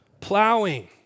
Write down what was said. Plowing